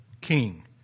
king